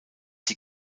die